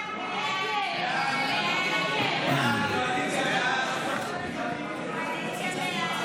סעיף 17, כהצעת הוועדה, נתקבל.